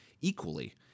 equally